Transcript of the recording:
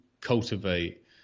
cultivate